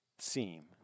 Seem